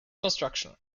construction